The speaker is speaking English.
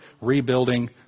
rebuilding